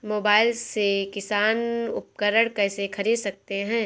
Mobile से किसान उपकरण कैसे ख़रीद सकते है?